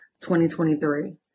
2023